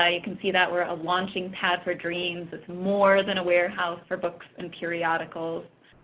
ah you can see that we are a launching pad for dreams, more than a warehouse for books and periodicals,